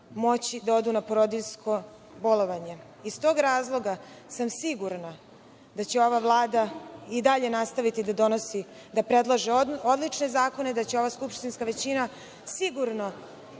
moći da odu na porodiljsko bolovanje. Iz tog razloga, sigurna sam da će ova Vlada i dalje nastaviti da predlaže odlične zakone, da će ova skupštinska većina sigurno